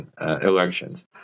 elections